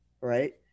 right